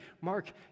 Mark